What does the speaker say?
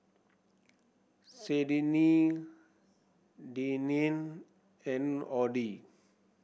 Sydnee Deneen and Audie